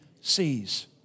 sees